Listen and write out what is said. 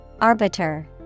Arbiter